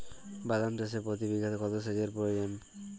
বাদাম চাষে প্রতি বিঘাতে কত সেচের প্রয়োজন?